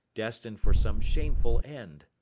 destined for some shameful end.